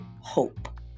hope